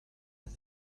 and